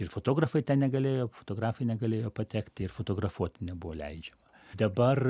ir fotografai negalėjo fotografai negalėjo patekti ir fotografuoti nebuvo leidžiama dabar